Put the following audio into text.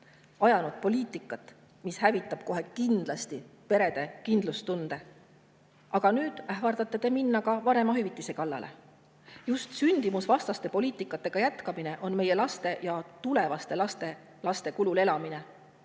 ajanud poliitikat, mis hävitab kohe kindlasti perede kindlustunde. Nüüd ähvardate te minna ka vanemahüvitise kallale. Just sündimusvastase poliitikaga jätkamine on meie laste ja tulevaste laste kulul elamine,